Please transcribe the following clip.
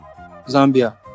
Zambia